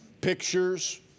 Pictures